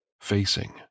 facing